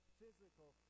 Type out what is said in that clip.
physical